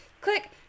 Click